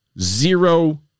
zero